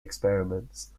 experiments